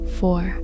four